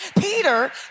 Peter